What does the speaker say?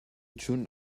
tschun